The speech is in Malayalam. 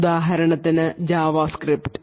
ഉദാഹരണത്തിന് Javascript